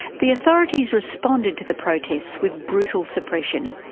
the authorities responded to the protests with brutal suppression,